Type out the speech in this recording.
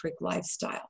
lifestyle